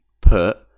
put